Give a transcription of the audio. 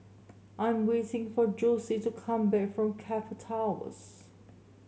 I am waiting for Jose to come back from Keppel Towers